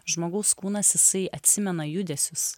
žmogaus kūnas jisai atsimena judesius